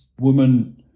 woman